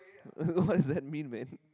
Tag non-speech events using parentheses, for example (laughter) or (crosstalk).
(laughs) what does that mean man